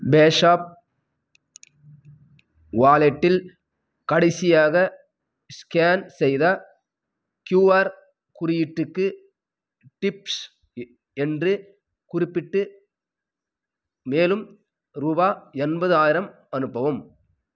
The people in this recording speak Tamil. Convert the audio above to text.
பேஸாப் வாலெட்டில் கடைசியாக ஸ்கேன் செய்த கியூஆர் குறியீட்டுக்கு டிப்ஸ் என்று குறிப்பிட்டு மேலும் ருபா எண்பதாயிரம் அனுப்பவும்